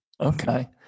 Okay